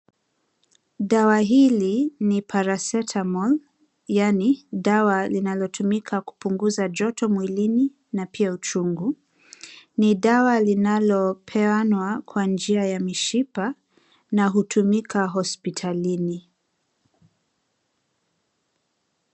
Dawa hili ni paracetamol yaani dawa linalotumika kupunguza joto mwilini na pia uchungu. Ni dawa linalopeanwa kwa njia ya mishipa na hutumika hospitalini.